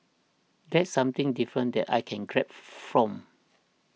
that's something different that I can grab from